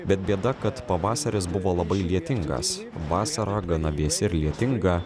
bet bėda kad pavasaris buvo labai lietingas vasara gana vėsi ir lietinga